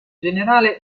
generale